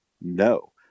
No